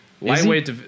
Lightweight